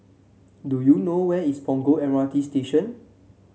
do you know where is Punggol M R T Station